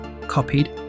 copied